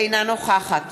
אינה נוכחת